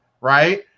right